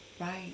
right